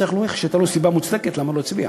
הוא צריך להוכיח שהייתה לו סיבה מוצדקת לכך שהוא לא הצביע.